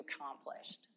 accomplished